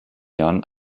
jahren